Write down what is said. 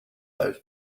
those